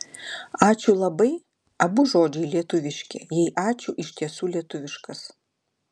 ačiū labai abu žodžiai lietuviški jei ačiū iš tiesų lietuviškas